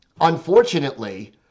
unfortunately